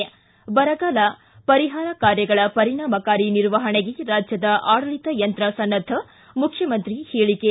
ಿ ಬರಗಾಲ ಪರಿಹಾರ ಕಾರ್ಯಗಳ ಪರಿಣಾಮಕಾರಿ ನಿರ್ವಹಣೆಗೆ ರಾಜ್ದದ ಆಡಳಿತ ಯಂತ್ರ ಸನ್ನದ್ದ ಮುಖ್ಣಮಂತ್ರಿ ಹೇಳಿಕೆ